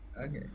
Okay